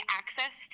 access